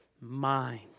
mind